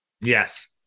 Yes